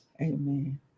Amen